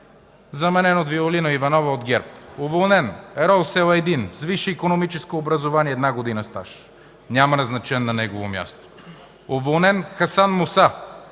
Заменен от Виолина Иванова от ГЕРБ. Уволнен Ерол Селайдин – с висше икономическо образование, една година стаж. Няма назначен на негово място. Уволнен Хасан Муса